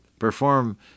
perform